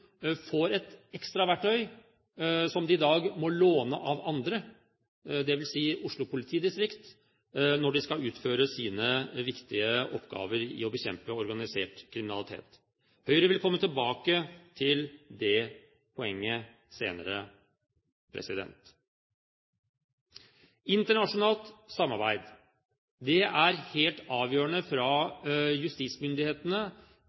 får et ekstra verktøy, som de i dag må låne av andre, dvs. Oslo politidistrikt, når de skal utføre den viktige oppgave det er å bekjempe organisert kriminalitet. Høyre vil komme tilbake til det poenget senere. Internasjonalt samarbeid er helt avgjørende